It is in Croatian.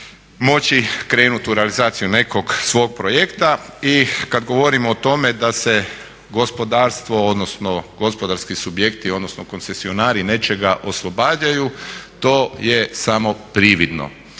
moći krenuti u realizaciju nekog svog projekta. I kada govorimo o tome da se gospodarstvo odnosno gospodarski subjekti, odnosno koncesionari nečega oslobađaju, to je samo prividno.